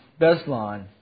Beslan